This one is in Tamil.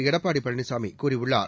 எடப்பாடி பழனிசாமி கூறியுள்ளார்